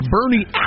Bernie